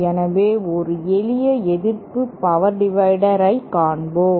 எனவே ஒரு எளிய எதிர்ப்பு பவர் டிவைடர் ஐ காண்போம்